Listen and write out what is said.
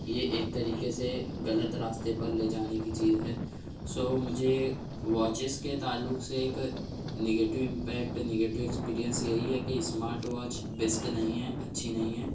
یہ ایک طریقے سے غلط راستے پر لے جانے کی چیز ہے سو مجھے واچیز کے تعلق سے ایک نگیٹیو امپیکٹ نگیٹیو ایکسپیریئنس یہی ہے کہ اسمارٹ واچ بیسٹ نہیں ہے اچھی نہیں ہے